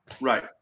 Right